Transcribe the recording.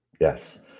Yes